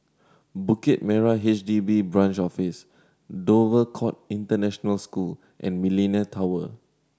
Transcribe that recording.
Bukit Merah H D B Branch Office Dover Court International School and Millenia Tower